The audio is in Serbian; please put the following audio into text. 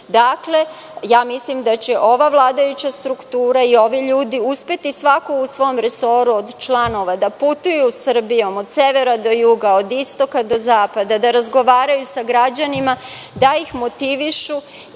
sistem. Dakle, mislim da će ova vladajuća struktura i ovi ljudi uspeti svako u svom resoru od članova da putuju Srbijom, od severa do juga, od istoka do zapada, da razgovaraju sa građanima, da ih motivišu